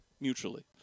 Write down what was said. mutually